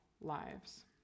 lives